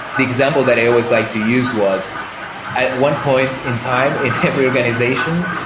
the example that i always like to use was at one point in time in every organization,